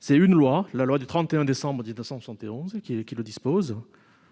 C'est l'article 66-5 de la loi du 31 décembre 1971 qui en dispose